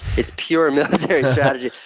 it's pure military strategy.